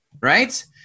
right